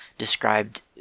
Described